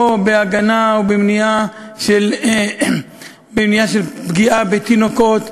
או בהגנה או במניעה של פגיעה בתינוקות,